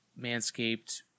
Manscaped